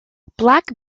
black